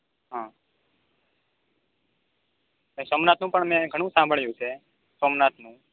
હા મેં સોમનાથનું પણ મેં ઘણું સાંભળ્યું છે સોમનાથનું